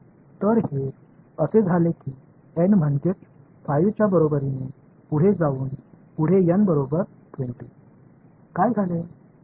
தீர்வு இப்போது கொஞ்சம் மென்மையாகத் தொடங்குகிறது என்பதை நீங்கள் காண்கிறீர்கள்